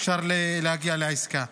אפשר להגיע לעסקה.